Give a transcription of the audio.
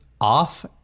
off